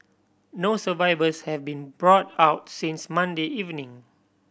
no survivors have been brought out since Monday evening